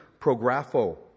prographo